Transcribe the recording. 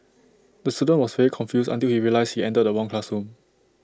the student was very confused until he realised he entered the wrong classroom